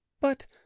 But